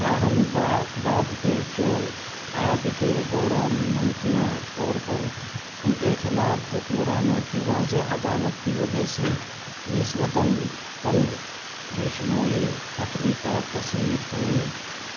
تاہم بعد کے چور عہد کے دوران ممکنہ طور پر ان کے خلاف حکمرانوں کی واضح عداوت کی وجہ سے نسبتاً کم ویشنوئی تخلیقات تصنیف ہوئی